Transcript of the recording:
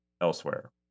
elsewhere